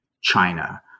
China